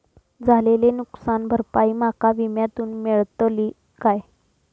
झालेली नुकसान भरपाई माका विम्यातून मेळतली काय?